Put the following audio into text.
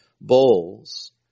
bowls